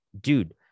dude